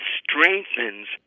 strengthens